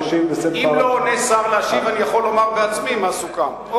אם לא עולה שר להשיב אני יכול לומר בעצמי מה סוכם.